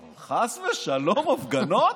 אבל חס ושלום, הפגנות?